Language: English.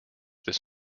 this